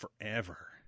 forever